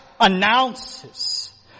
announces